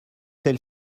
celle